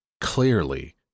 clearly